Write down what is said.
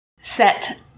set